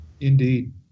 Indeed